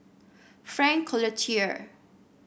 Frank Cloutier